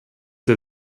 der